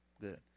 Good